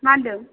मा होनदों